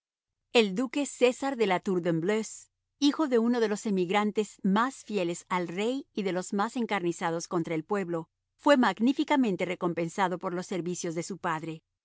el duque césar de la tour de embleuse hijo de uno de los emigrantes más fieles al rey y de los más encarnizados contra el pueblo fue magníficamente recompensado por los servicios de su padre